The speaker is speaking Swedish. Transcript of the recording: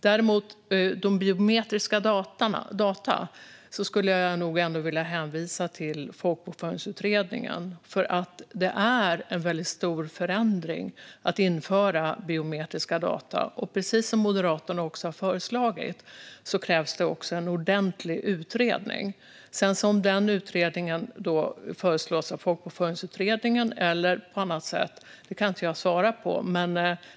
Vad gäller biometriska data hänvisar jag till Folkbokföringsutredningen. Det är en stor förändring att införa biometriska data, och precis som Moderaterna har föreslagit krävs det en ordentlig utredning. Om denna utredning föreslås av Folkbokföringsutredningen eller på annat sätt kan jag inte svara på.